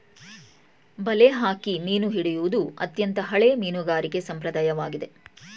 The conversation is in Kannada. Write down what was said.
ಬಲೆ ಹಾಕಿ ಮೀನು ಹಿಡಿಯುವುದು ಅತ್ಯಂತ ಹಳೆಯ ಮೀನುಗಾರಿಕೆ ಸಂಪ್ರದಾಯವಾಗಿದೆ